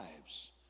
lives